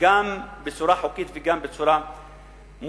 גם בצורה חוקית וגם בצורה מוסרית,